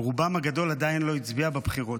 רובם הגדול עדיין לא הצביעו בבחירות.